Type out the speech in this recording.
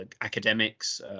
academics